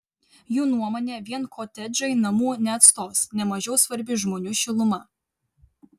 jų nuomone vien kotedžai namų neatstos ne mažiau svarbi žmonių šiluma